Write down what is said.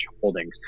Holdings